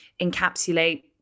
encapsulate